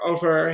Over